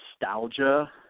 nostalgia